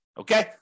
Okay